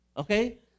Okay